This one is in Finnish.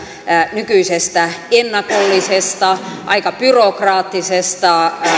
nykyisestä ennakollisesta aika byrokraattisesta